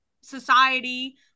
society